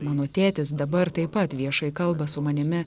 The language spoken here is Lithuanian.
mano tėtis dabar taip pat viešai kalba su manimi